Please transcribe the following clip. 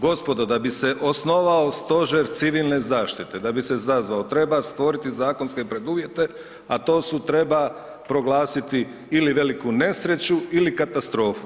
Gospodo, da bi se osnovao Stožer civilne zaštite, da bi se zazvao, treba stvoriti zakonske preduvjete, a to su, treba proglasiti ili veliku nesreću ili katastrofu.